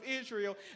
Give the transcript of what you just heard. Israel